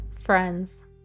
friends